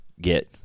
get